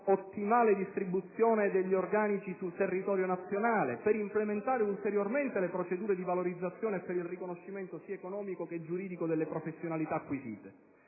ottimale distribuzione sul territorio nazionale, per implementare ulteriormente le procedure di valorizzazione e per il riconoscimento sia economico che giuridico delle professionalità acquisite.